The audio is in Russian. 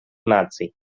наций